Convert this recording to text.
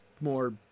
more